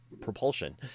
propulsion